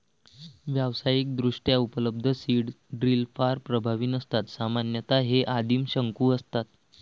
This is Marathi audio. व्यावसायिकदृष्ट्या उपलब्ध सीड ड्रिल फार प्रभावी नसतात सामान्यतः हे आदिम शंकू असतात